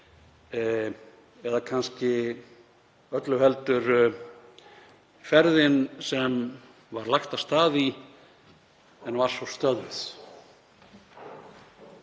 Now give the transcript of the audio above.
eða kannski öllu heldur ferðin sem var lagt af stað í en var svo stöðvuð.